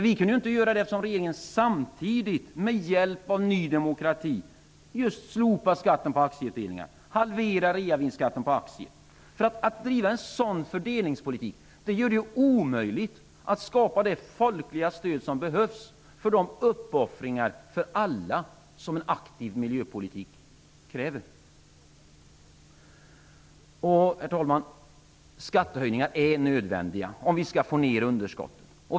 Vi kunde inte göra det, när regeringen samtidigt med hjälp av Ny demokrati just slopade skatten på aktieutdelningar och halverade reavinstskatten på aktier. Driver man en sådan fördelningspolitik, är det omöjligt att skapa det folkliga stöd som behövs för de uppoffringar för alla som en aktiv miljöpolitik kräver. Skattehöjningar är nödvändiga om vi skall kunna minska underskottet.